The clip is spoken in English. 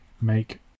make